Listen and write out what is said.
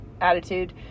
attitude